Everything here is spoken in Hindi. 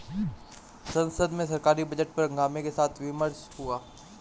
संसद में सरकारी बजट पर हंगामे के साथ विमर्श हुआ